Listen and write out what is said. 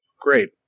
Great